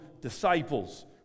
disciples